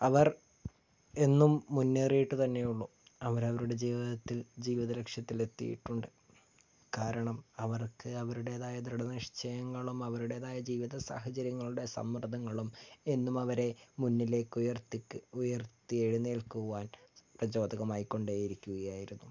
അവർ എന്നും മുന്നേറിയിട്ട് തന്നേ ഉള്ളൂ അവർ അവരുടെ ജീവിതത്തിൽ ജീവിത ലക്ഷ്യത്തിൽ എത്തിയിട്ടുണ്ട് കാരണം അവർക്ക് അവരുടെതായ ദൃഢനിശ്ചയങ്ങളും അവരുടേതായ ജീവിത സാഹചര്യങ്ങളുടെ സമ്മർദ്ദങ്ങളും എന്നും അവരെ മുന്നിലേക്കുയർത്തിക്ക് ഉയർത്തി എഴുന്നേൽക്കുവാൻ പ്രചോദകമായിക്കൊണ്ട് ഇരിക്കുകയായിരുന്നു